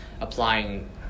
applying